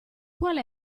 qual